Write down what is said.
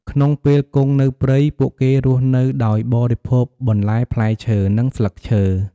ក្នុងពេលគង់នៅព្រៃ ពួកគេរស់នៅដោយបរិភោគបន្លែផ្លែឈើ និងស្លឹកឈើ។